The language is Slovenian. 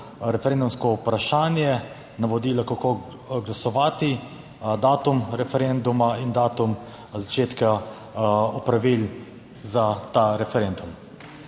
referendumsko vprašanje, navodila kako glasovati, datum referenduma in datum začetka opravil za ta referendum.